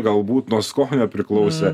galbūt nuo skonio priklausė